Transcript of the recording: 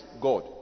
God